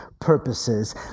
purposes